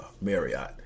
Marriott